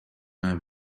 have